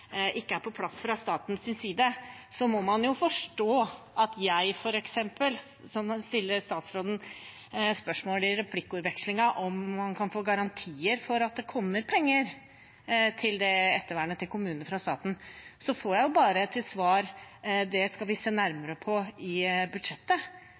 er på plass fra statens side, må man jo forstå at når jeg, f.eks., som kan stille statsråden spørsmål i replikkordvekslingen om man kan få garantier for at det kommer penger til det ettervernet til kommunene fra staten, bare får til svar at det skal de se